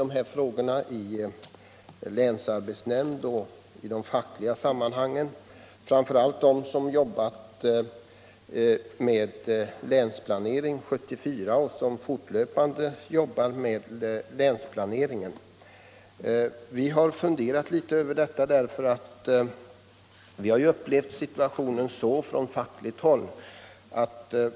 Vi som verkat i länsarbetsnämnd och i fackliga sammanhang och framför allt vi som har jobbat med Länsplanering 74 har funderat litet över den här frågan.